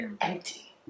empty